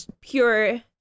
pure